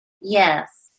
Yes